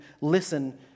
listen